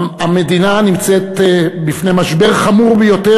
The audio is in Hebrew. המדינה נמצאת בפני משבר חמור ביותר,